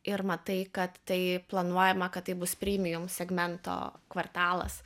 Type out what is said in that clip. ir matai kad tai planuojama kad tai bus primium segmento kvartalas